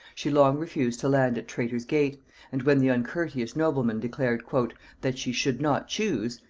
she long refused to land at traitor's gate and when the uncourteous nobleman declared that she should not choose,